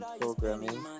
programming